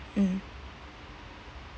mm